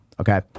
Okay